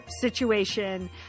situation